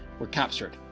were captured.